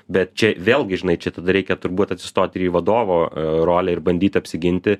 bet čia vėlgi žinai čia tada reikia turbūt atsistot ir į vadovo rolę ir bandyti apsiginti